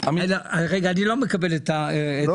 עם